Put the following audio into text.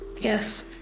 Yes